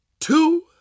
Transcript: two